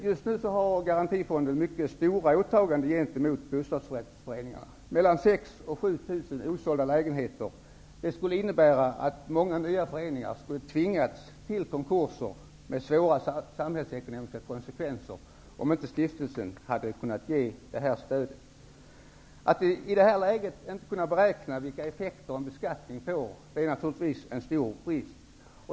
Just nu har Garantifonden mycket stora åtaganden gentemot bostadsrättsföreningarna. 6 000--7 000 osålda lägenheter skulle betyda att många nya föreningar tvingades till konkurser, med svåra samhällsekonomiska konsekvenser, om inte Stiftelsen hade kunnat ge sitt stöd. Att i detta läge inte kunna beräkna effekterna av en beskattning är naturligtvis en stor brist.